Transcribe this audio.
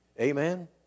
Amen